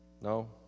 No